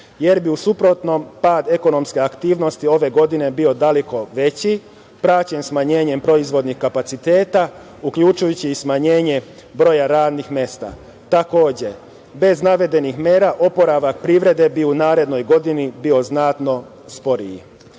jer bi u suprotnom pad ekonomske aktivnosti ove godine bio daleko veći, praćen smanjenjem proizvodnih kapaciteta, uključujući i smanjenje broja radnih mesta. Takođe, bez navedenih mera oporavak privrede bi u narednoj godini bio znatno sporiji. Na